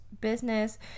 business